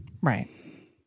Right